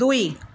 দুই